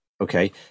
Okay